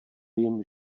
jim